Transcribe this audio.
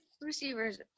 receivers